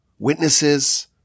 witnesses